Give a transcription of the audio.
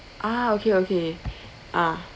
ah okay okay ah